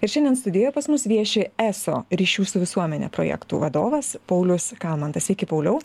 ir šiandien studijoje pas mus vieši eso ryšių su visuomene projektų vadovas paulius kalmantas sveiki pauliau